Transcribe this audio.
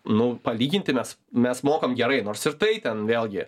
nu palyginti mes mes mokam gerai nors ir tai ten vėlgi